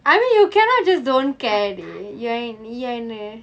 I mean you cannot just don't care dude நீ வந்து :nee vanthu